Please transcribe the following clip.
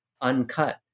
uncut